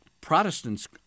Protestants